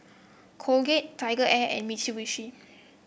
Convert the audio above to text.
Colgate TigerAir and Mitsubishi